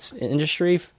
industry